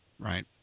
right